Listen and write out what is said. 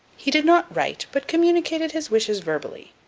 he did not write, but communicated his wishes verbally.